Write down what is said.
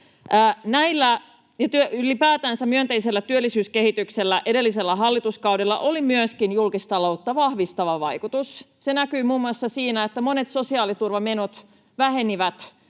myönteisellä työllisyyskehityksellä edellisellä hallituskaudella oli myöskin julkistaloutta vahvistava vaikutus. Se näkyy muun muassa siinä, että monet sosiaaliturvamenot vähenivät